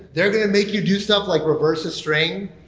they're going to make you do stuff like reverse a string.